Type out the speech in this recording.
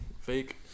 fake